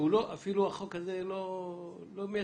שהחוק הזה לא בא